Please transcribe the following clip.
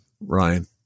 Ryan